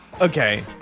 Okay